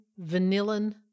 vanillin